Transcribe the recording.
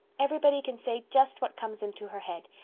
everybody can say just what comes into her head.